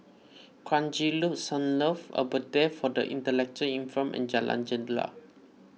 Kranji Loop Sunlove Abode for the Intellectually Infirmed and Jalan Jendela